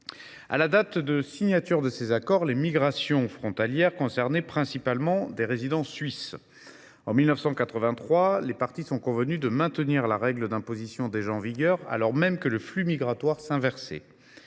À la date de signature de ces accords, les migrations frontalières concernaient principalement des résidents suisses. En 1983, les parties sont convenues de maintenir la règle d’imposition en vigueur, alors même que le flux migratoire s’inversait.